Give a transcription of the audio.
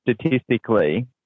statistically